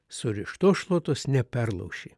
surištos šluotos neperlauši